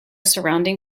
surrounding